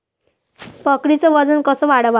बकरीचं वजन कस वाढवाव?